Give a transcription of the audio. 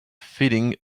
feeding